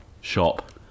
shop